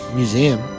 Museum